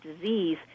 disease